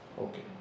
Okay